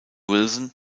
wilson